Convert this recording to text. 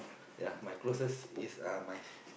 yeah my closest is uh my